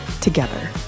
together